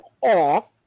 off